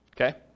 Okay